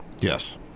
Yes